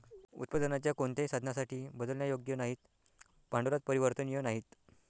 उत्पादनाच्या कोणत्याही साधनासाठी बदलण्यायोग्य नाहीत, भांडवलात परिवर्तनीय नाहीत